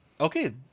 Okay